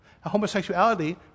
homosexuality